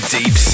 Deep